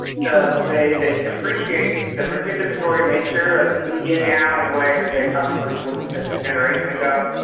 so they they appreciate the participatory nature of media now in a way that they probably wouldn't a generation ago,